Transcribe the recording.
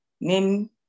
Name